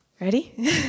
Ready